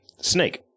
snake